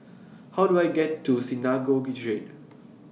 How Do I get to Synagogue Street